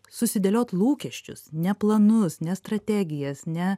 susidėliot lūkesčius ne planus ne strategijas ne